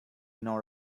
nor